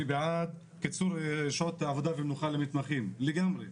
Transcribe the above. אני בעד קיצור שעות עבודה למתמחים, לגמרי,